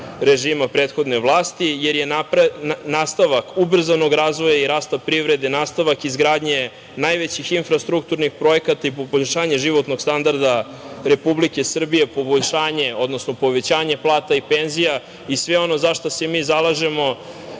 režima prethodne vlasti, jer je nastavak ubrzanog razvoja i rasta privrede, nastavak izgradnje najveći infrastrukturnih projekata, poboljšanja životnog standarda Republike Srbije poboljšanje, odnosno povećanje plata i penzija i sve ono za šta se mi zalažemo